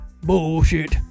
bullshit